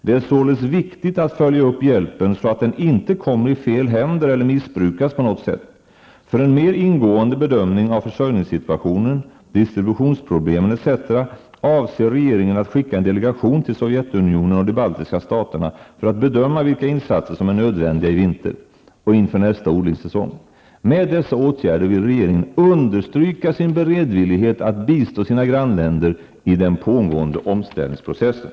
Det är således viktigt att följa upp hjälpen så att den inte kommer i fel händer eller missbrukas på något sätt. För en mer ingående bedömning av försörjningssituationen, distributionsproblemen etc. avser regeringen att skicka en delegation till Sovjetunionen och de baltiska staterna för att bedöma vilka insatser som är nödvändiga i vinter och inför nästa odlingssäsong. Med dessa åtgärder vill regeringen understryka sin beredvillighet att bistå sina grannländer i den pågående omställningsprocessen.